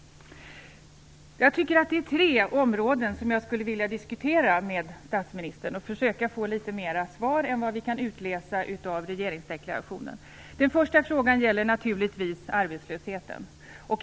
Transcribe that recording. Det är tre områden som jag skulle vilja diskutera med statsministern och försöka få litet mera besked om än vad vi kan utläsa av regeringsdeklarationen. Den första frågan gäller naturligtvis arbetslösheten.